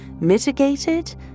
mitigated